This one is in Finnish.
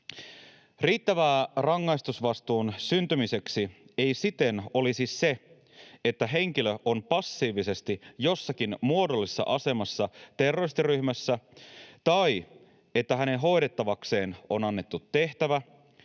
Riittävää rangaistusvastuun syntymiseksi ei siten olisi se, että henkilö on passiivisesti jossakin muodollisessa asemassa terroristiryhmässä tai että hänen hoidettavakseen on annettu tehtävä,